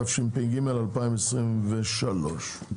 התשפ"ג-2023.